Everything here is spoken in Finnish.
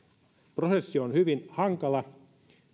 prosessi on hyvin hankala